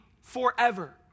forever